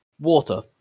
water